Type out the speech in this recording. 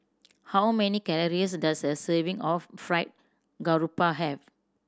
how many calories does a serving of Fried Garoupa have